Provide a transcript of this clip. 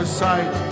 sight